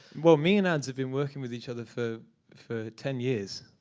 well, me and ads have been working with each other for for ten years.